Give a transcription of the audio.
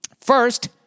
First